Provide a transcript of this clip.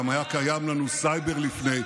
גם היה קיים לנו סייבר לפני.